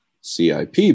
CIP